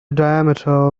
diameter